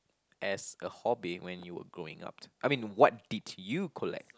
as a hobby when you were growing up I mean what did you collect